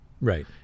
Right